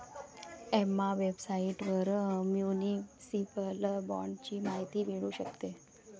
Emma वेबसाइटवर municipal बाँडची माहिती मिळू शकते